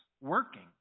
working